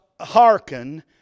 hearken